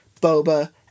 Boba